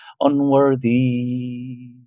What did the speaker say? unworthy